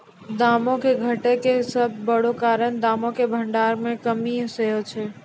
दामो के घटै के सभ से बड़ो कारण दामो के भंडार मे कमी सेहे छै